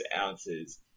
ounces